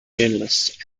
journalist